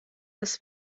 das